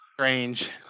strange